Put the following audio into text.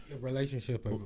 Relationship